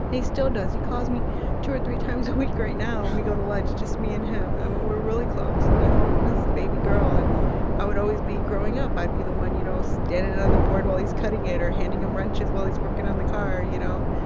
and still does. he calls me two or three times a week right now, and we go to lunch, just me and him i mean, we're really close. you know, i'm his baby girl, and i would always be growing up, i'd be the one, you know, standing on the board while he's cutting it or handing him wrenches while he's working on the car, you know?